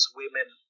women